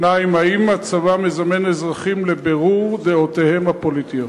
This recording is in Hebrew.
2. האם הצבא מזמן אזרחים לבירור דעותיהם הפוליטיות?